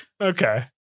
okay